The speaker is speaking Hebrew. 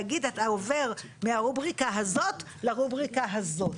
להגיד אתה עובר מהרובריקה הזאת לרובריקה הזאת.